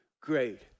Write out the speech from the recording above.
great